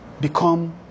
become